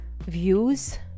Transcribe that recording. views